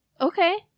Okay